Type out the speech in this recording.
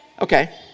Okay